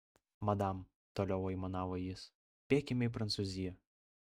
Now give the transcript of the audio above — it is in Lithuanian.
madam toliau aimanavo jis bėkime į prancūziją